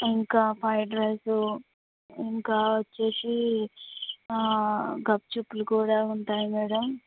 ఇంకా fried rice ఇంకా వచ్చేసి ఆ గప్ చుప్పులు కూడా ఉంటాయి మేడమ్